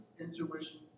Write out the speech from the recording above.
intuition